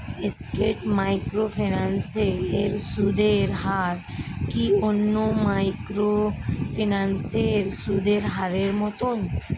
স্কেট microfinance এর সুদের হার কি অন্যান্য মাইক্রোফিন্যান্স এর সুদের হারের মতন?